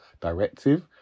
directive